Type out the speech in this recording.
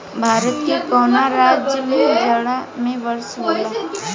भारत के कवना राज्य में जाड़ा में वर्षा होला?